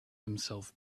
himself